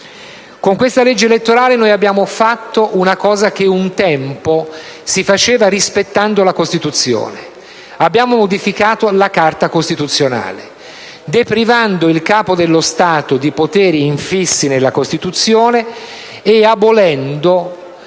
Con questa legge elettorale noi abbiamo fatto una cosa che un tempo si faceva rispettando la Costituzione: abbiamo modificato la Carta costituzionale deprivando il Capo dello Stato di poteri infissi nella Costituzione e abolendo